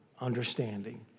understanding